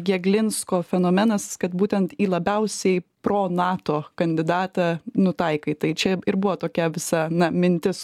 jeglinsko fenomenas kad būtent į labiausiai pro nato kandidatą nutaikai tai čia ir buvo tokia visa na mintis